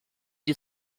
die